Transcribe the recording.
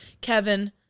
Kevin